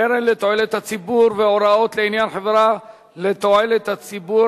(קרן לתועלת הציבור והוראות לעניין חברה לתועלת הציבור),